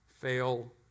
fail